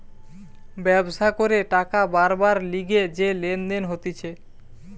ব্যবসা করে টাকা বারবার লিগে যে লেনদেন হতিছে